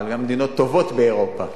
אבל במדינות טובות באירופה.